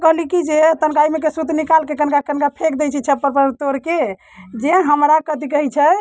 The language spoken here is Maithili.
तऽ कहली जे तनिका अइमेके सूत निकालिके कनिका कनिका फेक दै छी छप्परपर तोड़िके जे हमरा कथि कहै छै